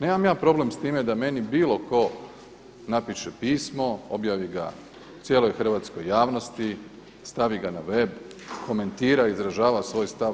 Nemam ja problem s time da meni bilo tko napiše pismo, objavi ga cijeloj hrvatskoj javnosti, stavi ga na web, komentira, izražava svoj stav.